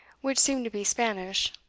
which seemed to be spanish.